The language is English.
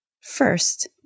First